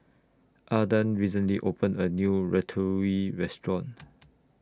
Adah recently opened A New Ratatouille Restaurant